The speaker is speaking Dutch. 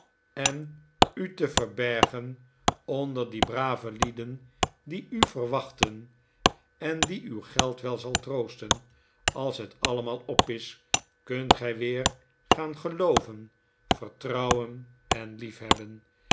en u te verbergen onder die brave lieden die u verwachten en die uw geld wel zal troosten als het allemaal op is kunt gij weer gaan gelooven vertrouwen en liefhebbe